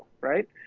right